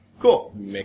cool